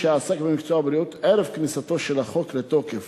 שעסק במקצוע בריאות ערב כניסתו של החוק לתוקף.